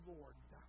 Lord